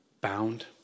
bound